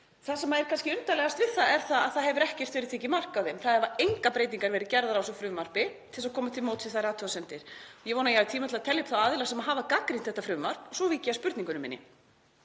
Það sem er kannski undarlegast við það er að það hefur ekkert verið tekið mark á þeim. Það hafa engar breytingar verið gerðar á þessu frumvarpi til að koma til móts við þær athugasemdir. Ég vona að ég hafi tíma til að telja upp þá aðila sem hafa gagnrýnt þetta frumvarp og svo vík ég að spurningunni minni.